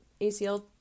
ACL